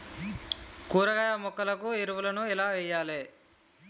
కూరగాయ మొక్కలకు ఎరువులను ఎలా వెయ్యాలే?